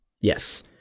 Yes